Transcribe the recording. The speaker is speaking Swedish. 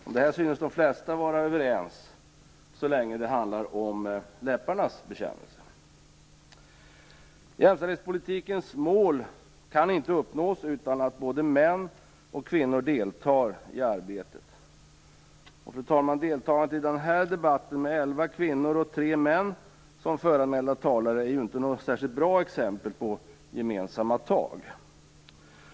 Om det här synes de flesta vara överens, så länge det handlar om läpparnas bekännelse. Jämställdhetspolitikens mål kan inte uppnås utan att både män och kvinnor deltar i arbetet. Och deltagandet i den här debatten, fru talman, med elva kvinnor och tre män som föranmälda talare är inte något särskilt bra exempel på gemensamma tag.